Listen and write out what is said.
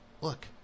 Look